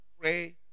pray